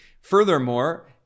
Furthermore